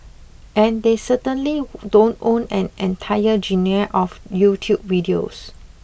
and they certainly don't own an entire genre of YouTube videos